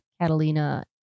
Catalina